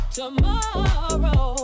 tomorrow